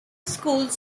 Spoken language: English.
schools